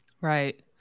Right